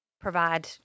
provide